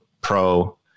pro